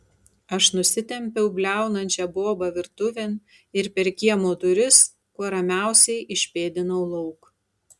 aš nusitempiau bliaunančią bobą virtuvėn ir per kiemo duris kuo ramiausiai išpėdinau lauk